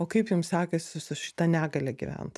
o kaip jum sekasi su šita negalia gyvent